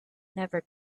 never